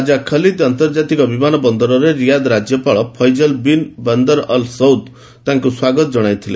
ରାଜା Khalid ଆନ୍ତର୍ଜାତିକ ବିମାନ ବନ୍ଦରଠାରେ ରିଆଦ୍ ରାଜ୍ୟପାଳ Faisal bin Bandar Al Saud ତାଙ୍କୁ ସ୍ୱାଗତ କଣାଇଥିଲେ